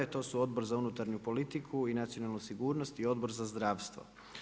To su Odbor za unutarnju politiku i nacionalnu sigurnost i Odbor za zdravstvo.